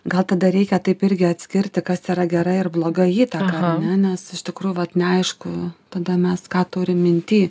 gal tada reikia taip irgi atskirti kas yra gera ir bloga įtaka ar ne nes iš tikrųjų vat neaišku tada mes ką turim minty